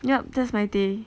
yup that's my day